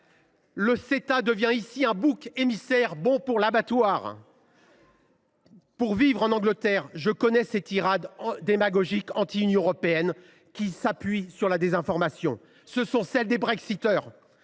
L’accord devient ici un bouc émissaire, bon pour l’abattoir. Pour vivre en Angleterre, je connais ces tirades démagogiques et anti européennes, qui s’appuient sur la désinformation. Ce sont celles des Brexiteurs